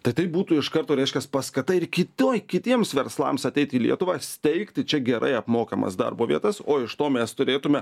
tatai būtų iš karto reiškias paskata ir kitoj kitiems verslams ateit į lietuvą steigti čia gerai apmokamas darbo vietas o iš to mes turėtume